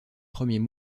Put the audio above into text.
premiers